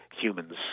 humans